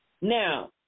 Now